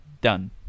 Done